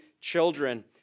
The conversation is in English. children